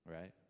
right